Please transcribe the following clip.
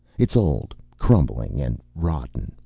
it's old crumbling and rotting.